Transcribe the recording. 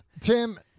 Tim